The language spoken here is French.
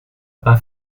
pas